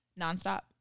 nonstop